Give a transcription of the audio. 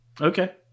okay